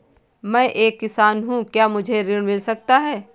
मैं एक किसान हूँ क्या मुझे ऋण मिल सकता है?